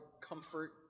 comfort